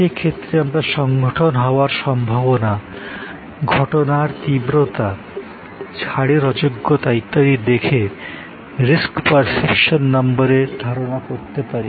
সে ক্ষেত্রে আমরা সংঘটন হওয়ার সম্ভাবনা ঘটনার তীব্রতা ছাড়ের অযোগ্যতা ইত্যাদি দেখে রিস্ক পার্সেপশন নম্বরের ধারণা করতে পারি